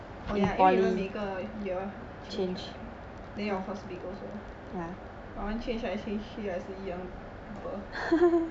oh ya 因为你们每个 year change right then your course so big also I want change I change 来 change 去还是一样 people